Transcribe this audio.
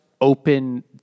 open